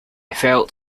felt